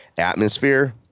atmosphere